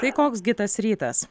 tai koks gi tas rytas